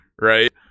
right